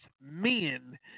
men